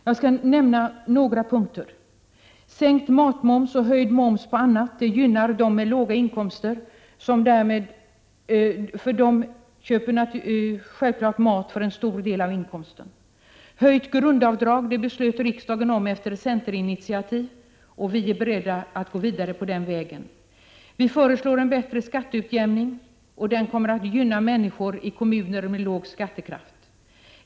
Jag skall nämna några punkter. Sänkt matmoms och höjd moms på annat gynnar dem med låga inkomster, för de köper självfallet mat för en stor del av inkomsten. Höjt grundavdrag beslöt riksdagen om efter centerinitiativ, och vi är beredda att gå vidare på den vägen. Vi föreslår en bättre skatteutjämning, som kommer att gynna människor i kommuner med låg skattekraft.